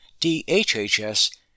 DHHS